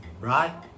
Right